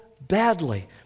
badly